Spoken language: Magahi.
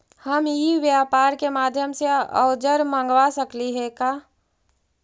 हम ई व्यापार के माध्यम से औजर मँगवा सकली हे का?